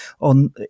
on